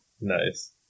nice